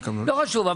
לא חשוב.